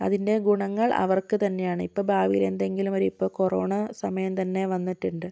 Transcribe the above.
അതിൻ്റെ ഗുണങ്ങൾ അവർക്ക് തന്നെയാണ് ഇപ്പം ഭാവിയിൽ എന്തെങ്കിലുമൊരു ഇപ്പം കൊറോണ സമയം തന്നെ